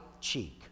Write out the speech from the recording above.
cheek